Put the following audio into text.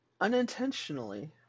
Unintentionally